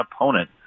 opponent